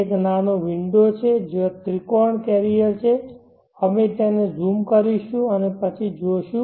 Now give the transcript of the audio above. એક નાનો વિંડો છે જ્યાં ત્રિકોણ કેરીઅર છે અમે તેને ઝૂમ કરીશું અને પછી જોશું